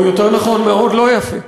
או יותר נכון, מאוד לא יפה.